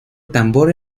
tambor